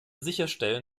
sicherstellen